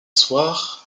soir